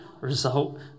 result